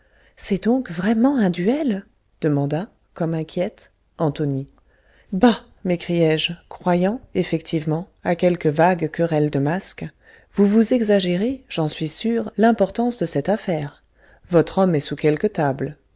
c'est donc vraiment un duel demanda comme inquiète antonie bah m'écriai-je croyant effectivement à quelque vague querelle de masques vous vous exagérez j'en suis sûr l'importance de cette affaire votre homme est sous quelque table